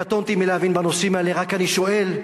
קטונתי מלהבין בנושאים האלה, אני רק שואל,